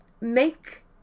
make